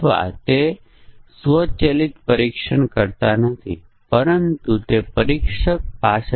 હવે ત્યાં વિવિધ શરતો છે જેના આધારે જુદી જુદી છૂટ આપવામાં આવે છે